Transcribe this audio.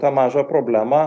tą mažą problemą